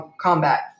combat